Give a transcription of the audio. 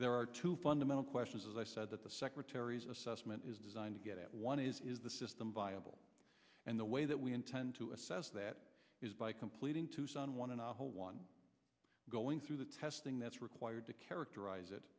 there are two fundamental questions as i said that the secretary's assessment is designed to get at one is the system viable and the way that we intend to assess that is by completing tucson one and a whole one going through the testing that's required to characterize it